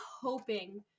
hoping